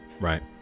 right